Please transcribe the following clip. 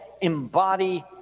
embody